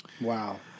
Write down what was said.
Wow